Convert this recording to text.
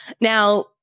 Now